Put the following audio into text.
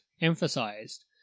emphasized